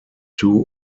two